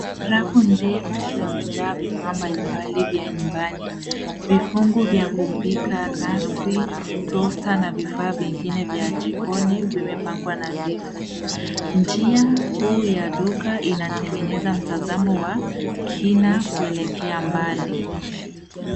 Rafu ndefu zimejaa vifaa mbalimbali vya nyumbani. Vifungu vya kupika, nasi, toster na vifaa vingine vya jikoni vimepangwa nadhifu. Njia kuu ya duka inatengeneza mtazamo wa kina kuelekea mbali.